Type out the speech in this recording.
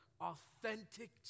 Authentic